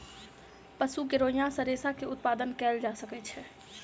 पशु के रोईँयाँ सॅ रेशा के उत्पादन कयल जा सकै छै